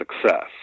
success